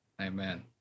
Amen